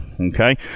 Okay